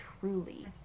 truly